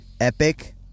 epic